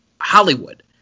Hollywood